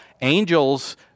angels